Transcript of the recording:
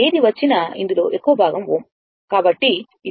ఏది వచ్చినా ఇందులో ఎక్కువ భాగం Ω కాబట్టి ఇది ఎక్కువ